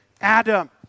Adam